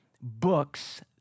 books